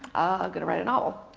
i'm going to write a novel.